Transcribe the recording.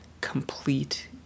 complete